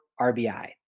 RBI